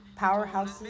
powerhouses